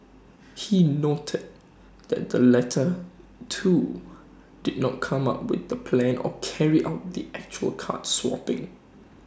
he noted that the latter two did not come up with the plan or carry out the actual card swapping